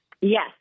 Yes